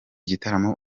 gitaramo